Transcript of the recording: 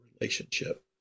relationship